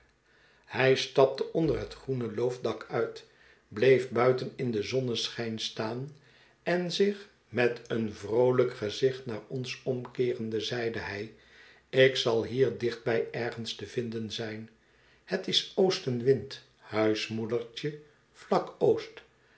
hij stapte onder het groene loofdak uit bleef buiten in den zonneschijn staan en zich met een vroolijk gezicht naar ons omkeerende zeide hij ik zal hier dichtbij ergens te vinden zijn het is oostenwind huismoedertje vlak oost